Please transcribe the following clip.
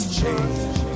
change